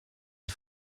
est